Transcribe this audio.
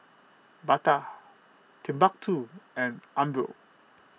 Bata Timbuk two and Umbro